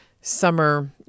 summer